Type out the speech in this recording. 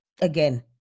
again